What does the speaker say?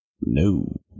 No